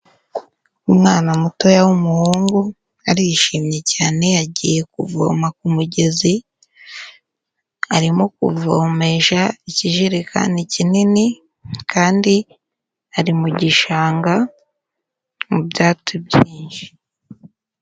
Umwana mutoya w'umuhungu arishimye cyane yagiye kuvoma k'umugezi, arimo kuvomesha ikijerekani kinini kandi ari mu gishanga mu byatsi byinshi.